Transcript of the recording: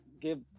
give